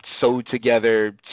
sewed-together